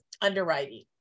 underwriting